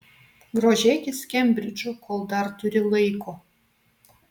grožėkis kembridžu kol dar turi laiko